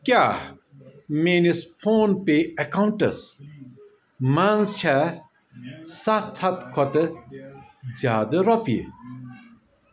کیٛاہ میٲنِس فون پے اٮ۪کاونٹَس منٛز چھےٚ سَتھ ہَتھ کھۄتہٕ زیٛادٕ رۄپیہِ